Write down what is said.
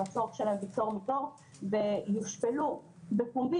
הצורך שלהם בפטור מתור ויושפלו בפומבי,